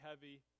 heavy